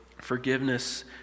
forgiveness